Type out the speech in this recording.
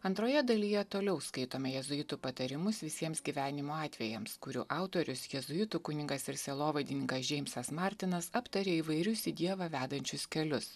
antroje dalyje toliau skaitome jėzuitų patarimus visiems gyvenimo atvejams kurių autorius jėzuitų kunigas ir sielovadininkas džeimsas martinas aptaria įvairius į dievą vedančius kelius